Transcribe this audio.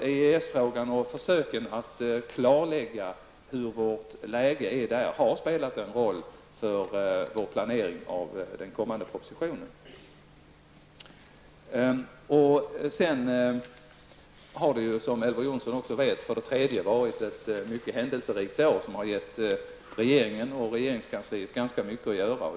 EES-frågan och försöken att klarlägga vår syn på alkoholfrågorna har spelat en roll för vår planering av den kommande propositionen. Som Elver Jonsson också vet har det varit ett händelserikt år som har gett regeringen och regeringskansliet ganska mycket att göra.